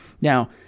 Now